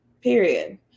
Period